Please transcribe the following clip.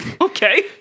Okay